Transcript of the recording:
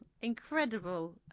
incredible